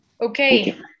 Okay